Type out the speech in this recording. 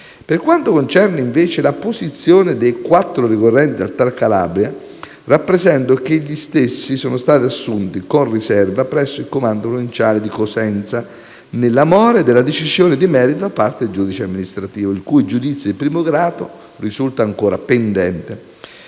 Per quanto concerne, invece, la posizione dei 4 ricorrenti al TAR Calabria, rappresento che gli stessi sono stati assunti con riserva presso il comando provinciale dei vigili del fuoco di Cosenza, nelle more della decisione di merito da parte del giudice amministrativo, il cui giudizio di primo grado risulta ancora pendente.